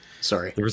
Sorry